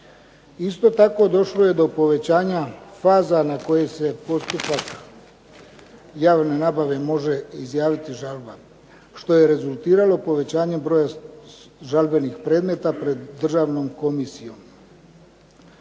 Isto tako došlo je do povećanja faza na koje se postupak javne nabave može izjaviti žalba, što je rezultiralo povećanjem broja žalbenih predmeta pred državnom komisijom.